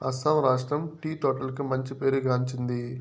అస్సాం రాష్ట్రం టీ తోటలకు మంచి పేరు గాంచింది